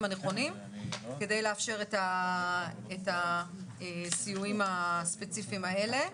הנכונים כדי לאפשר את הסיועים הספציפיים האלה.